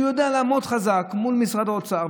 שהוא יודע לעמוד חזק מול משרד האוצר,